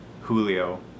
Julio